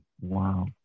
wow